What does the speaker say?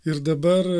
ir dabar